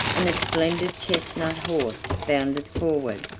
and a splendid chestnut horse bounded forward.